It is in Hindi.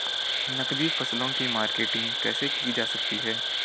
नकदी फसलों की मार्केटिंग कैसे की जा सकती है?